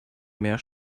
mehr